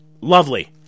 Lovely